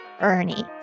Ernie